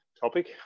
Topic